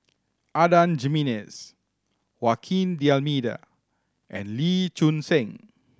Adan Jimenez D'Almeida and Lee Choon Seng